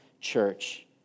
church